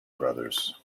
brothers